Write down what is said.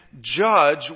judge